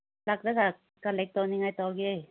ꯂꯥꯛꯂꯒ ꯀꯂꯦꯛ ꯇꯧꯅꯤꯡꯉꯥꯏ ꯇꯧꯔꯒꯦ